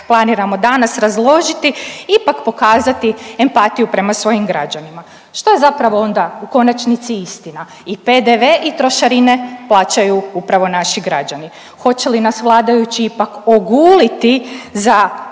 planiramo danas razložiti, ipak pokazati empatiju prema svojim građanima. Šta je zapravo onda u konačnici istina, i PDV i trošarine plaćaju upravo naši građani. Hoće li nas vladajući ipak oguliti za